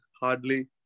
hardly